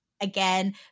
again